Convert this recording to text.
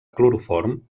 cloroform